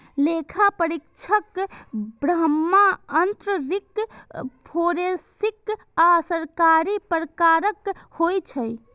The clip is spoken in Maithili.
लेखा परीक्षक बाह्य, आंतरिक, फोरेंसिक आ सरकारी प्रकारक होइ छै